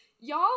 y'all